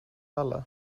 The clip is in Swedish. alla